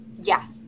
yes